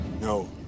No